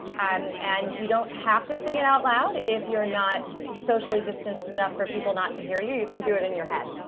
and and you don't have to sing it out loud if you're not socially distanced and enough for people not to hear you. you can do it in your head.